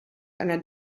einer